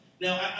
Now